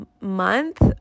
month